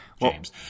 James